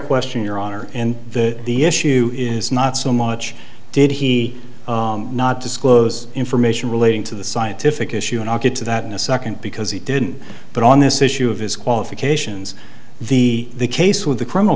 question your honor and the the issue is not so much did he not disclose information relating to the scientific issue and i'll get to that in a second because he didn't but on this issue of his qualifications the case with the criminal